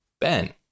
Ben